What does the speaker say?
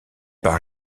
par